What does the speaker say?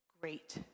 great